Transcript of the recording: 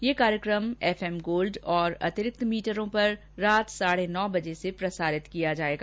ये कार्यक्रम F M gold और अतिरिक्त मीटरों पर रात साढ़े नौ बजे से प्रसारित किया जायेगा